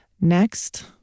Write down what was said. Next